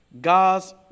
God's